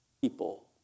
people